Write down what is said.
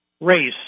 race